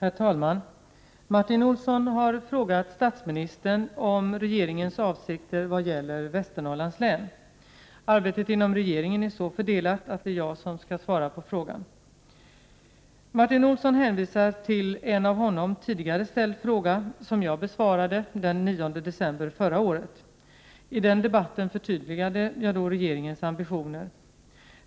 Herr talman! Martin Olsson har frågat statsministern om regeringens avsikter vad gäller Västernorrlands län. Arbetet inom regeringen är så fördelat att det är jag som skall svara på frågan. Martin Olsson hänvisar till en av honom tidigare ställd fråga, som jag besvarade den 9 december förra året. I den debatten förtydligade jag regeringens ambitioner.